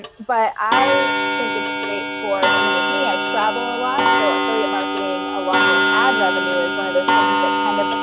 and but i think it's great for someone like me, i travel a lot. so affiliate marketing, along with ad revenue, is one of those things that kind of,